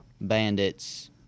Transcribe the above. bandits